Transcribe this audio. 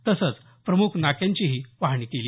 तसंच प्रमुख नाक्यांची पाहणीही केली